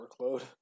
workload